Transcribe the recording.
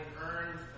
earned